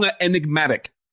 enigmatic